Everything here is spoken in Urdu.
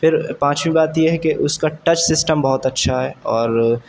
پھر پانچویں بات یہ ہے کہ اس کا ٹچ سسٹم بہت اچھا ہے اور